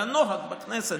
אבל הנוהג בכנסת,